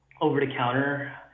over-the-counter